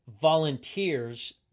volunteers